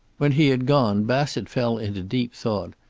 when he had gone bassett fell into deep thought.